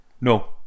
No